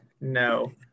no